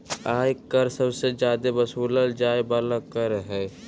आय कर सबसे जादे वसूलल जाय वाला कर हय